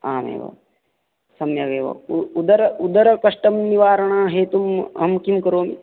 आम् एवं सम्यगेव उदर उदरकष्टं निवारणं हेतुम् अहं किं करोमि